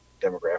demographic